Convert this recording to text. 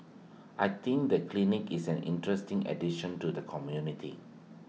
I think the clinic is an interesting addition to the community